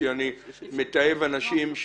מכיוון שהיועצת המשפטית,